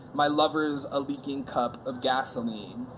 my lover's a leaking cup of gasoline.